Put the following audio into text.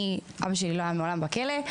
אבא שלי לא היה מעולם בכלא,